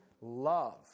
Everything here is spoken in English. love